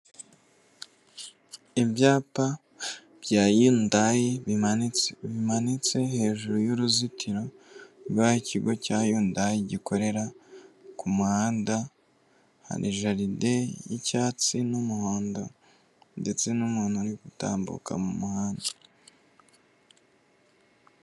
Ibyapa bya yundayi bimanitse hejuru y'uruzitiro rwaho ikigo cya yundayi gikorera, ku muhanda jaride y'icyatsi n'umuhondo ndetse n'umuntu uri gutambuka mu muhanda.